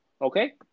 Okay